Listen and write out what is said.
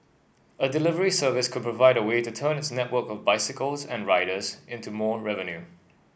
a delivery service could provide a way to turn its network of bicycles and riders into more revenue